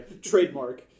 Trademark